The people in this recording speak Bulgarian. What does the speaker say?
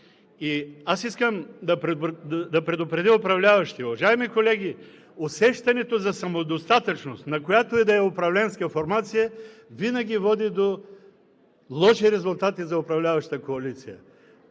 аз искам да предупредя управляващите: уважаеми колеги, усещането за самодостатъчност на която и да е управленска формация винаги води до лоши резултати за управляващата коалиция.